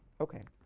okay.